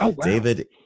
David